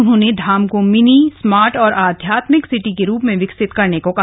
उन्होंने धाम को मिनी स्मार्ट और आध्यात्मिक सिटी के रूप में विकसित करने को कहा